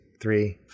three